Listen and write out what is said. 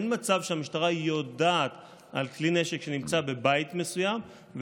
אין מצב שהמשטרה יודעת על כלי נשק שנמצא בבית מסוים,